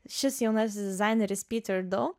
šis jaunasis dizaineris piter dough